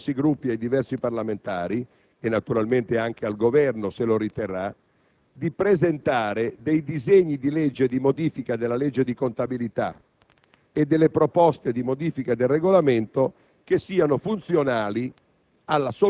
Senato), tale da consentire, alla fine di quello stesso mese, ai diversi Gruppi, ai diversi parlamentari e, naturalmente, anche al Governo - se lo riterrà - di presentare disegni di legge di modifica della legge di contabilità